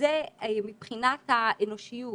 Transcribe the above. זה מבחינת האנושיות